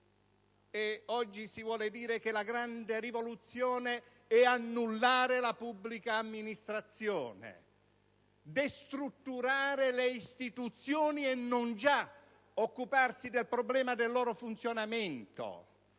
Oggi si vuole dire che la grande rivoluzione è annullare la pubblica amministrazione, destrutturare le istituzioni e non già occuparsi del problema del loro funzionamento.